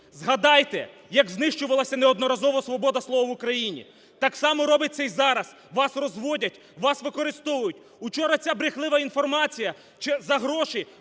згадайте, як знищувалася неодноразово свобода слова в Україні! Так само робиться і зараз: вас розводять, вас використовують. Учора ця брехлива інформація за гроші